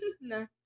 No